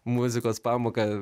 muzikos pamoką